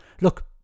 Look